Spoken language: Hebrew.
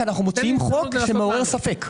כי אנחנו מוציאים חוק שמעורר ספק.